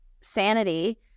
sanity